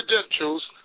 credentials